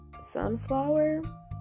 sunflower